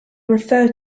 referred